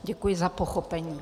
Děkuji za pochopení.